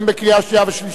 קריאה שנייה ושלישית.